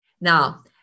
Now